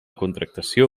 contractació